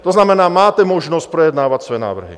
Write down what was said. To znamená, máte možnost projednávat své návrhy.